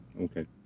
Okay